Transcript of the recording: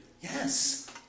Yes